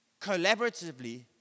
collaboratively